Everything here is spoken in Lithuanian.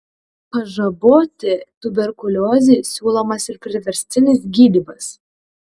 pažaboti tuberkuliozei siūlomas ir priverstinis gydymas